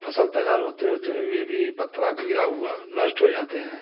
फसल तैयार होते होते हुए भी पत्थरा के गिराव हुआ नष्ट हो जाते हैं